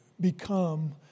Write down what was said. become